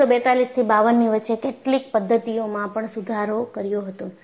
1942 થી 52 ની વચ્ચે કેટલીક પદ્ધતિઓમાં પણ સુધારો કર્યો હતો